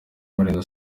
marina